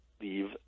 leave